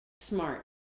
smart